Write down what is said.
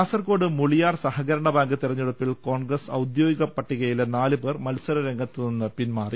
കാസർകോട് മുളിയാർ സഹകരണ ബാങ്ക് തെരഞ്ഞെടുപ്പിൽ കോൺഗ്രസ് ഔദ്യോഗിക പട്ടികയിലെ നാല് പേർ മത്സര്രംഗത്ത് നിന്ന് പിൻമാറി